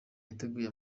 yateguye